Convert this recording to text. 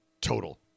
total